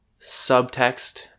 subtext